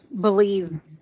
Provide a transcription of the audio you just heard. believe